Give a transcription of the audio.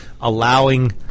allowing